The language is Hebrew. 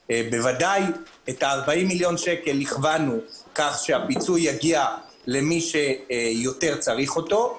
את 40 מיליון השקלים ניתבנו כך שהפיצוי יגיע למי שצריך אותו יותר,